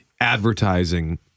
advertising